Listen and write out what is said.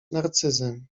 narcyzem